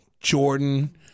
Jordan